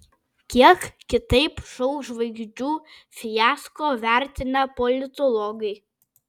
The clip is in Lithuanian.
kiek kitaip šou žvaigždžių fiasko vertina politologai